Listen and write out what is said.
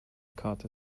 carter